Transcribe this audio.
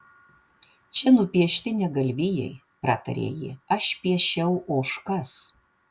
čia nupiešti ne galvijai pratarė ji aš piešiau ožkas